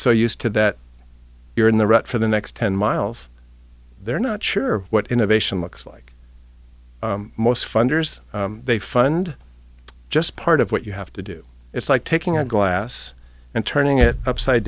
so used to that you're in the red for the next ten miles they're not sure what innovation looks like most funders they fund just part of what you have to do it's like taking a glass and turning it upside